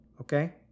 Okay